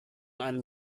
einen